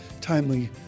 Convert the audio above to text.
timely